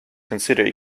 consider